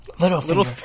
little